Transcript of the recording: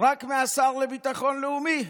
רק מהשר לביטחון לאומי.